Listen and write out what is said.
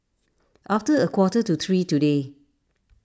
after a quarter to three today